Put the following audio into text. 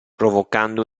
provocando